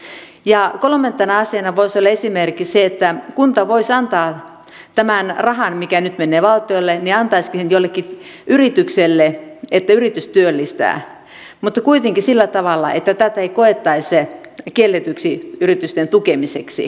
kolmantena asiana voisi olla esimerkiksi se että kunta voisi antaa tämän rahan mikä nyt menee valtiolle jollekin yritykselle että yritys työllistää mutta kuitenkin sillä tavalla että tätä ei koettaisi kielletyksi yritysten tukemiseksi